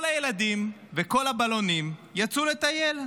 כל הילדים וכל הבלונים יצאו לטייל.